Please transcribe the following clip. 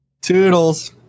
Toodles